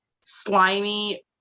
slimy